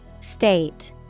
State